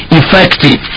effective